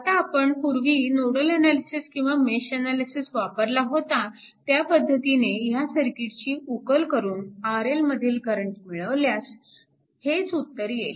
आता आपण पूर्वी नोडल अनालिसिस किंवा मेश अनालिसिस वापरला होता त्या पद्धतीने ह्या सर्किटची उकल करून RL मधील करंट मिळवल्यास हेच उत्तर येईल